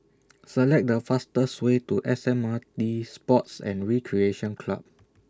Select The fastest Way to S M R T Sports and Recreation Club